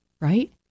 right